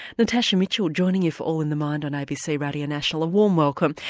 natasha mitchell joining you for all on the mind on abc radio national a warm welcome.